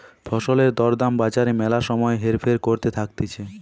ফসলের দর দাম বাজারে ম্যালা সময় হেরফের করতে থাকতিছে